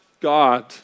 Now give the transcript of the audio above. God